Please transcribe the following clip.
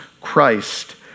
Christ